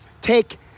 Take